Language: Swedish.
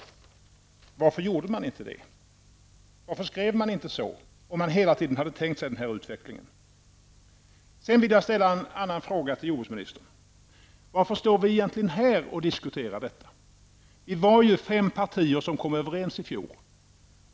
Varför gjorde man inte det? Varför skrev man inte så, om man hela tiden hade tänkt sig den utvecklingen? Slutligen vill jag ställa en annan fråga till jordbruksministern: Varför står vi egentligen här och diskuterar detta? Vi var ju fem partier som kom överens i fjol.